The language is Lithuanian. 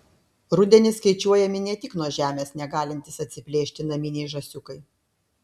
rudenį skaičiuojami ne tik nuo žemės negalintys atsiplėšti naminiai žąsiukai